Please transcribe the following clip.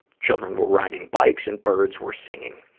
children were riding bikes, and birds were singing.